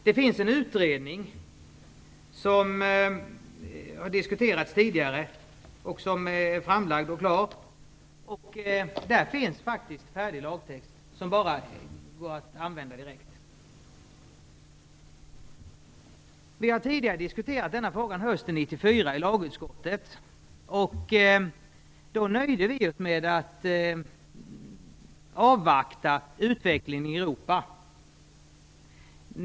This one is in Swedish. Det finns en utredning som har diskuterats tidigare, och som är framlagd och klar. Där finns faktiskt färdig lagtext som går att använda direkt. Vi har tidigare diskuterat denna fråga hösten 1994 i lagutskottet. Då nöjde vi oss med att avvakta utvecklingen i Europa.